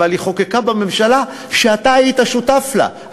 אבל היא חוקקה בממשלה שאתה היית שותף לה,